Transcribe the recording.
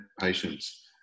patients